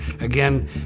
again